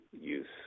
use